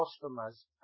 customers